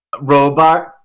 Robot